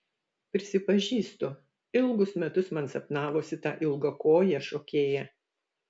prisipažįstu ilgus metus man sapnavosi ta ilgakojė šokėja